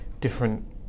different